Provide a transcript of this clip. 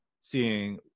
seeing